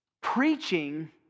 Preaching